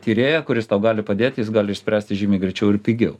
tyrėją kuris tau gali padėti jis gali išspręsti žymiai greičiau ir pigiau